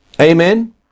Amen